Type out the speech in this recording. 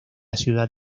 ciudad